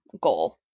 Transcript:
goal